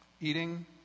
eating